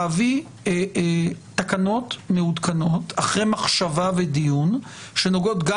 להביא תקנות מעודכנות אחרי מחשבה ודיון שנוגעות גם